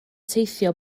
teithio